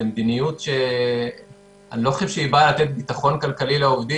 זו מדיניות שאני לא חושב שהיא באה לתת ביטחון כלכלי לעובדים.